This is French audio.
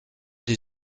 des